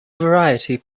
variety